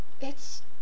It's